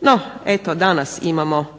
No eto danas imamo